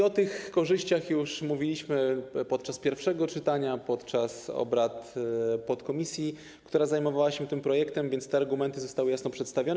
O tych korzyściach już mówiliśmy podczas pierwszego czytania, podczas obrad podkomisji, która zajmowała się tym projektem, więc te argumenty zostały jasno przedstawione.